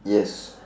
yes